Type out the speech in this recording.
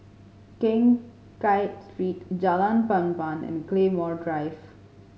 Keng Kiat Street Jalan Papan and Claymore Drive